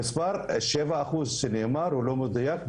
המספר שנאמר של שבעה אחוז הוא לא מדויק,